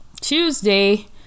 tuesday